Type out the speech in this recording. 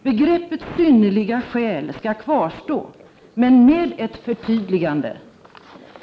Begreppet ”synnerliga skäl” skall kvarstå men med ett förtydligande.